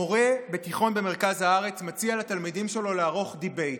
מורה בתיכון במרכז הארץ מציע לתלמידים שלו לערוך דיבייט,